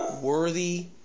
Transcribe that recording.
Worthy